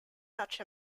such